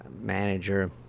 manager